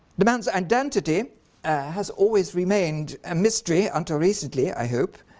the man's identity has always remained a mystery until recently, i hope.